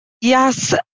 Yes